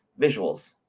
visuals